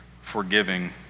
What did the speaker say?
forgiving